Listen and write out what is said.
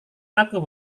aku